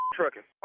trucking